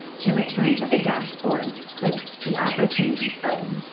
to return to the dashboard, click the opportunities button.